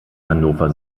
hannover